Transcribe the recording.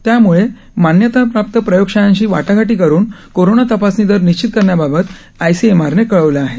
त्यामुळे मान्यताप्राप्त प्रयोगशाळांशी वाटाघाटी करून कोरोना तपासणी दर निश्चित करण्याबाबत आयसीएमआरने कळविले आहे